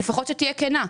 לפחות שהיא תהיה כנה,